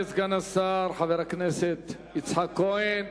תודה לסגן השר חבר הכנסת יצחק כהן.